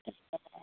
ए ए